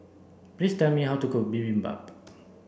please tell me how to cook Bibimbap